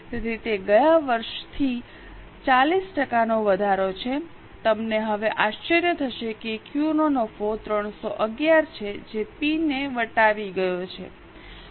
તેથી તે ગયા વર્ષથી 40ટકાનો વધારો છે તમને હવે આશ્ચર્ય થશે કે ક્યૂ નો નફો 311 છે જે પી ને વટાવી ગયો છે